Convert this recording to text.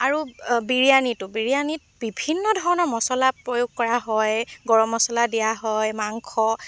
আৰু বিৰিয়ানীটো বিৰিয়ানীত বিভিন্ন ধৰণৰ মচলা প্ৰয়োগ কৰা হয় গৰম মচলা দিয়া হয় মাংস